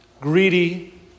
greedy